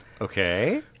Okay